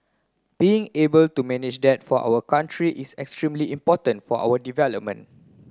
being able to manage that for our country is extremely important for our